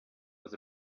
was